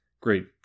great